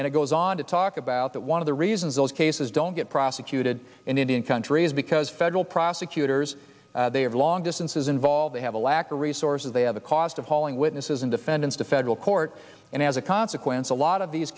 and it goes on to talk about that one of the reasons those cases don't get prosecuted in indian country is because federal prosecutors they have long distances involved they have a lack of resources they have a cost of calling witnesses and defendants to federal court and as a consequence a lot of these